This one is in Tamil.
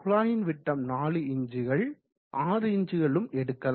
குழாயின் விட்டம் 4 இன்ச்கள் 6 இன்ச்களும் எடுக்கலாம்